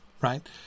right